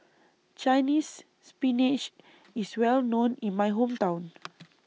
Chinese Spinach IS Well known in My Hometown